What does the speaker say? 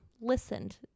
listened